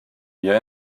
wir